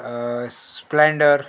splendor